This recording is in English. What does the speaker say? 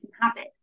habits